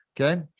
Okay